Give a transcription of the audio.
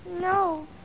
No